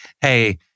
Hey